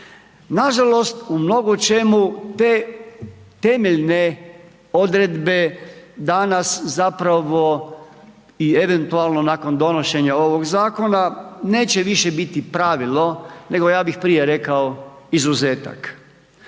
Nažalost, u mnogo čemu te temeljne odredbe danas zapravo i eventualno nakon donošenja ovog zakona neće više biti pravilo, nego ja bih prije rekao izuzetak.